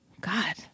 god